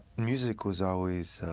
music was always